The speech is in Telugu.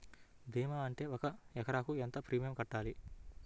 భీమా ఉంటే ఒక ఎకరాకు ఎంత ప్రీమియం కట్టాలి?